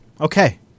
Okay